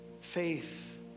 faith